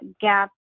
GAP